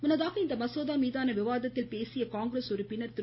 முன்னதாக இந்த மசோதா மீதான விவாத்தில் பேசிய காங்கிரஸ் உறுப்பினர் திரு